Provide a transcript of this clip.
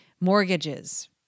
mortgages